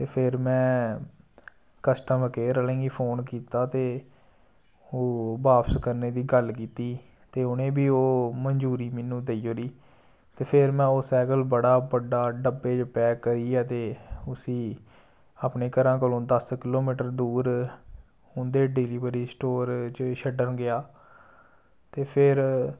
फिर में custom care आह्लें गी फोन कीता ते ओह् बापस करने दी गल्ल कीती ते उ'नें बी ओह् मंजूरी मिन्नू देई ओड़ी ते फिर में ओह् सैकल बडा बड्डा डब्बे च पैक करियै ते उस्सी अपने घरा कोला दस किलोमीटर दूर उं'दे डिलीबरी स्टोर च छड्डन गेआ ते फिर